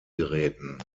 geräten